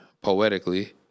poetically